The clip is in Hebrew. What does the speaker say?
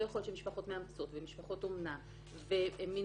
לא יכול להיות שמשפחות מאמצות ומשפחות אומנה ומינוי